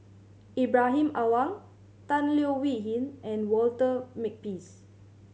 Ibrahim Awang Tan Leo Wee Hin and Walter Makepeace